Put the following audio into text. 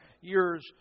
years